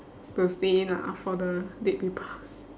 to stay in lah for the dead people